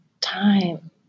time